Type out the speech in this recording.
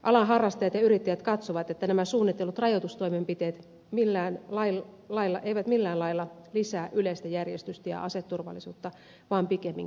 alan harrastajat ja yrittäjät katsovat että nämä suunnitellut rajoitustoimenpiteet eivät millään lailla lisää yleistä järjestystä ja aseturvallisuutta vaan pikemminkin päinvastoin